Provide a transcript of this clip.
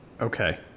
Okay